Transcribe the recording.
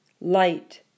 light